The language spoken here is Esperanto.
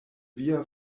via